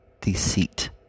deceit